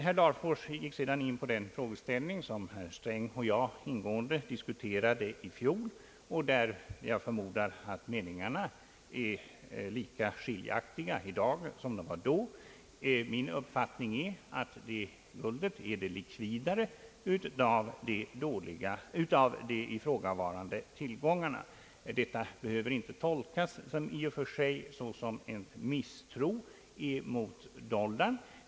Herr Larfors gick sedan in på den frågeställning som herr Sträng och jag ingående diskuterade i fjol och där jag förmodar att meningarna är lika skiljaktiga i dag som de var då. Min uppfattning är att guldet är den likvidare tillgången. Det behöver inte tolkas såsom en misstro mot dollarn.